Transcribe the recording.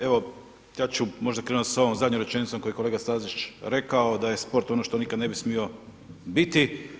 Evo ja ću možda krenuti sa ovom zadnjom rečenicom koju je kolega Stazić rekao da je sport ono što nikad ne bi smio biti.